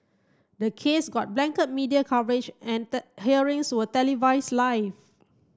the case got blanket media coverage and hearings were televise live